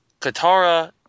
Katara